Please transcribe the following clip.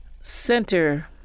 center